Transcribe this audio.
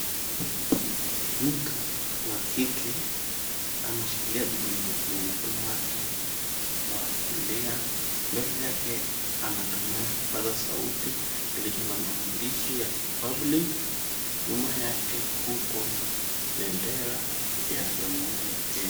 Mtu wa kike ameshikilia bibilia kwenye mkono wake wa kulia. Mbele yake anatumia kipaza sauti kilicho na maandishi ya public . Nyuma yake kuko na bendera ya jamhuri ya Kenya.